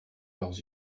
leurs